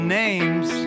names